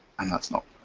and that's not